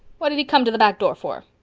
what did he come to the back door for?